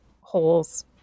holes